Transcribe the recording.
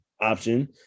option